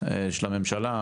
של הממשלה,